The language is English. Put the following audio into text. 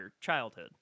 childhood